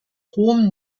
hohem